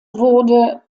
wurde